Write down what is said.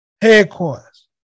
headquarters